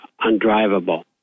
undrivable